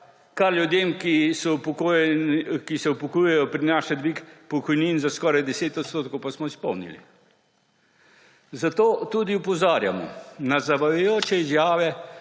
kar ljudem, ki se upokojujejo, prinaša dvig pokojnin za skoraj 10 odstotkov, pa smo izpolnili. Zato tudi opozarjamo na zavajajoče izjave